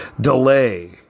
Delay